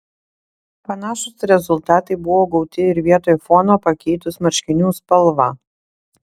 panašūs rezultatai buvo gauti ir vietoj fono pakeitus marškinių spalvą